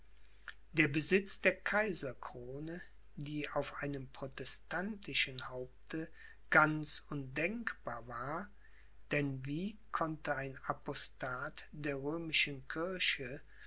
der besitz der kaiserkrone die auf einem protestantischen haupte ganz undenkbar war denn wie konnte ein apostat der römischen kirche